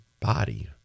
body